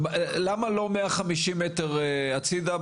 למה לא מאה חמישים מטר הצידה,